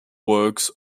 works